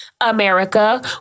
America